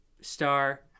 star